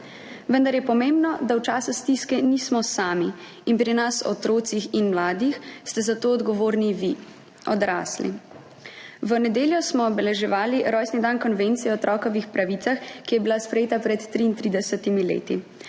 Vendar je pomembno, da v času stiske nismo sami. In pri nas, otrocih in mladih, ste za to odgovorni vi, odrasli. V nedeljo smo obeleževali rojstni dan Konvencije o otrokovih pravicah, ki je bila sprejeta pred 33 leti.